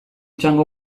txango